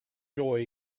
joy